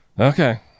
Okay